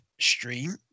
stream